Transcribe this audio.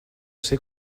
ser